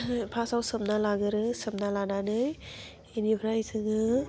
फासाव सोमना लागोरो सोमना लानानै बिनिफ्राय जोङो